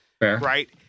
right